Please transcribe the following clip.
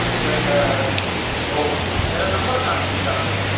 اچھا سر اوہ میرا نمبر کہاں سے مِلا آپ کو سر